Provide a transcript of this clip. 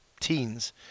teens